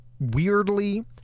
weirdly